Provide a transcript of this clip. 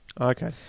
Okay